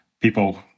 people